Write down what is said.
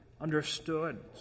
understood